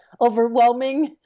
overwhelming